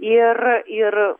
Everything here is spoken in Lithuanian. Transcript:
ir ir